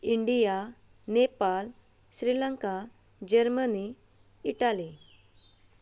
India Nepal Sri Lanka Germany Italy